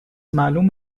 معلوم